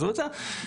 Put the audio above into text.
בתהליך.